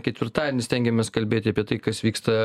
ketvirtadienį stengiamės kalbėti apie tai kas vyksta